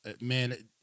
man